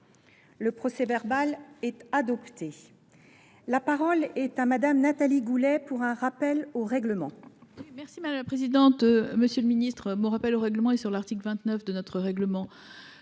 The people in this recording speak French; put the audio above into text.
Le procès verbal est adopté. La parole est à Mme Nathalie Goulet, pour un rappel au règlement.